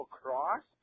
cross